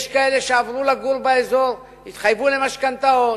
יש כאלה שעברו לגור באזור, התחייבו למשכנתאות.